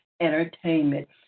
entertainment